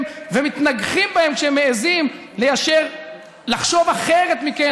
ומתנגחים בהם כשהם מעיזים לחשוב אחרת מכם,